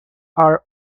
are